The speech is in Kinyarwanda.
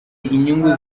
inyungu